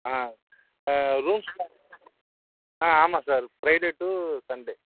ஆ rooms எல்லாம் ஆ ஆமாம் சார் ஃப்ரைடே டூ சண்டே